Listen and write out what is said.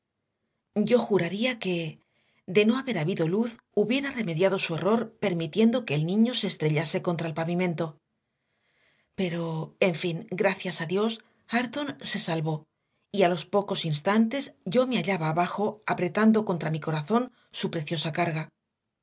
venganza yo juraría que de no haber habido luz hubiera remediado su error permitiendo que el niño se estrellase contra el pavimento pero en fin gracias a dios hareton se salvó y a los pocos instantes yo me hallaba abajo apretando contra mi corazón su preciosa carga